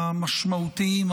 המשמעותיים,